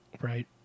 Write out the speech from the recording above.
Right